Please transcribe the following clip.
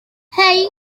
hey